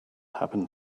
happened